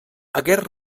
aquest